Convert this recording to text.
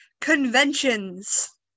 conventions